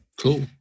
Cool